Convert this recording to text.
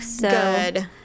Good